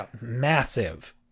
massive